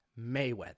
Mayweather